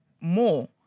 more